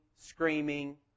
screaming